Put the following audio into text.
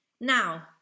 now